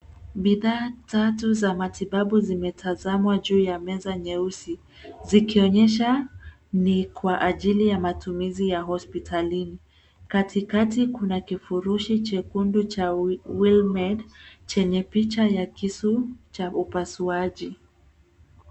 Bidhaa tatu za matibabu zimetazamwa juu ya meza nyeusi, Zikionyesha ni kwa ajili ya matumizi ya hospitalini. Katikati kuna kifurushi chekundu cha wilmed chenye picha ya kisu cha upasuaji.